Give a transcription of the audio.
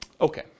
Okay